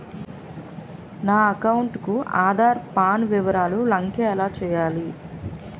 నా అకౌంట్ కు ఆధార్, పాన్ వివరాలు లంకె ఎలా చేయాలి?